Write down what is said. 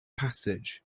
passage